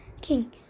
king